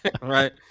Right